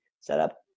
setup